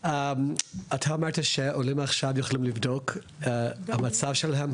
אתה אמרת שעולים עכשיו יכולים לבדוק את המצב שלהם,